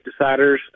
deciders